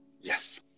Yes